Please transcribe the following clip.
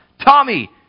Tommy